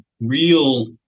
real